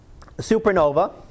supernova